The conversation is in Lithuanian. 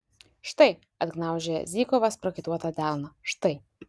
štai atgniaužia zykovas prakaituotą delną štai